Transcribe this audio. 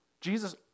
Jesus